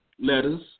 letters